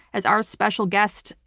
as our special guest,